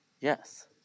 Yes